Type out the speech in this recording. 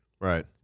Right